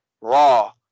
raw